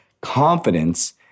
confidence